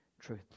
truth